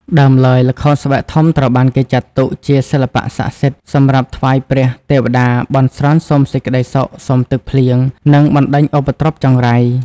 ដើមឡើយ ល្ខោនស្បែកធំត្រូវបានគេចាត់ទុកជាសិល្បៈស័ក្ដិសិទ្ធិ សម្រាប់ថ្វាយព្រះ ទេវតា បន់ស្រន់សុំសេចក្ដីសុខ សុំទឹកភ្លៀង និងបណ្ដេញឧបទ្រពចង្រៃ ។